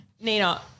Nina